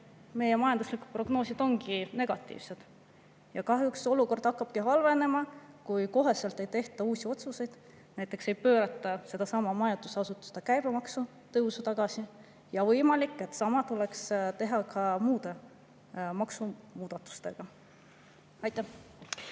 meie majandusprognoosid on negatiivsed. Ja kahjuks hakkab olukord halvenema, kui kohe ei tehta uusi otsuseid, näiteks ei pöörata sedasama majutusasutuste käibemaksu tõusu tagasi. Võimalik, et sama tuleks teha ka muude maksumuudatustega. Aitäh!